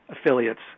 affiliates